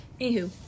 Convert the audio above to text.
Anywho